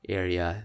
area